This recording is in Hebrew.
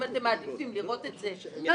אם אתם מעדיפים לראות את זה דיגיטלי,